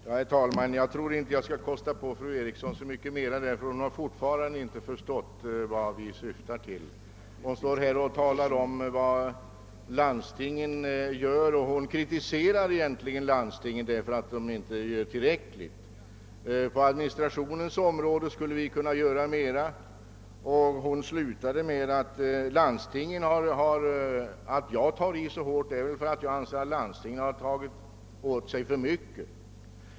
Herr talman! Jag skall inte fortsätta att diskutera med fru Eriksson i Stockholm, ty hon har fortfarande inte förstått vad vi syftar till. Hon kritiserar egentligen landstingen för att de inte gör en tillräckligt stor insats på administrationens område. När jag tar i så hårt är det därför att jag anser att landstingen har tagit på sig för mycket.